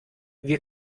wir